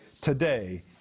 today